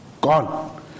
gone